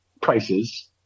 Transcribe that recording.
prices